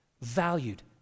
valued